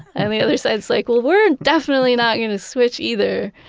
and the other side's like well, we're definitely not gonna switch either.